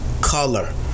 color